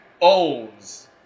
owns